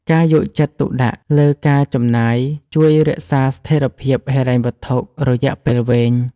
ការយកចិត្តទុកដាក់លើការចំណាយជួយរក្សាស្ថេរភាពហិរញ្ញវត្ថុយៈពេលវែង។